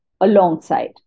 alongside